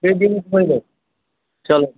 हिक ॾींहुं में सॼो चलो